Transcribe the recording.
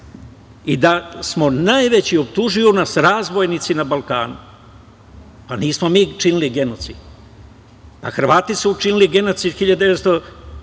i da smo najveći, optužuju nas, razbojnici na Balkanu. Nismo mi činili genocid. Hrvati su učinili genocid 1941.